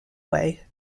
way